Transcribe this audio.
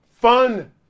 Fun